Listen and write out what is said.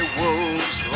wolves